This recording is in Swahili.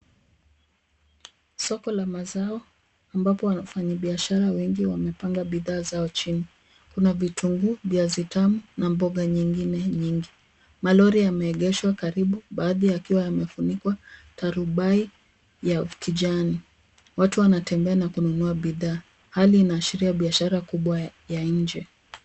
Soko la mazao ambapo wafanyibiashara wengi wamepanga bidhaa zao chini. Kuna vitunguu, viazi tamu na mboga nyingine nyingi. Malori yameegeshwa karibu baadhi yakiwa yamefunikwa tarubai ya kijani. Watu wanatembea na kununua bidhaa. Hali inaashiria biashara kubwa ya nje.